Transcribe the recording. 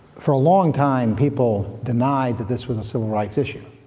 for a long time people denied this was a civil rights issue.